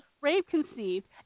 rape-conceived